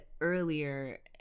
earlier